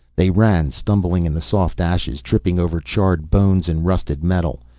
they ran, stumbling in the soft ashes, tripping over charred bones and rusted metal.